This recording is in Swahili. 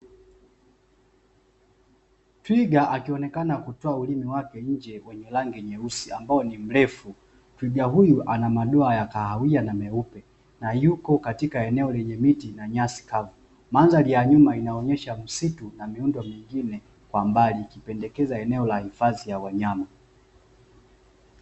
Twiga akionekana kutoa ulimi wake nje wenye rangi nyeusi ambao ni mrefu, twiga huyu anamadoa ya kahawia na nyeupe na yuko katika eneo la miti na nyasi kavu, mandhari ya nyuma inaonyesha msitu na miundo mingine kwa mbali ikipendekeza eneo la hifadhi ya wanyama.